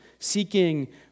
seeking